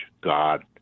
God